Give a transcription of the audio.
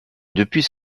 depuis